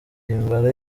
himbara